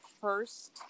first